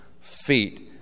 feet